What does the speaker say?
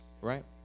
Right